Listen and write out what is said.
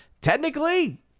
Technically